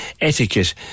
Etiquette